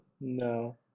No